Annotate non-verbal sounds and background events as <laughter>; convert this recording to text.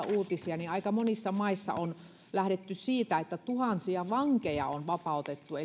<unintelligible> uutisia niin aika monissa maissa on lähdetty siitä suunnasta että tuhansia vankeja on vapautettu <unintelligible>